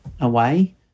away